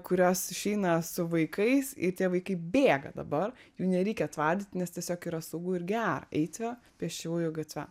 kurios išeina su vaikais ir tie vaikai bėga dabar jų nereikia tvardyti nes tiesiog yra saugu ir gera eiti pėsčiųjų gatve